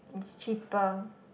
cheaper